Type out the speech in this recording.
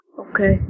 Okay